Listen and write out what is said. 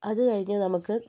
അത് കഴിഞ്ഞ് നമുക്ക്